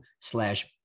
slash